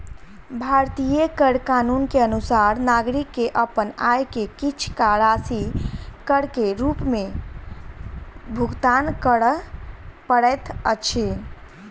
भारतीय कर कानून के अनुसार नागरिक के अपन आय के किछ राशि कर के रूप में भुगतान करअ पड़ैत अछि